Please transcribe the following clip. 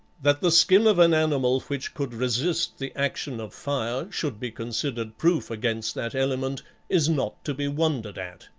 that the skin of an animal which could resist the action of fire should be considered proof against that element is not to be wondered at.